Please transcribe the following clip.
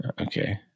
Okay